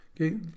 okay